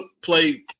play